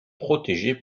protégé